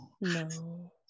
no